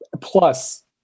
Plus